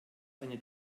eine